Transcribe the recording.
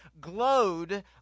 glowed